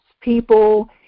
people